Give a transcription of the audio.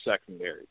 secondary